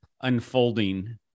unfolding